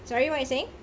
sorry what you saying